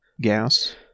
gas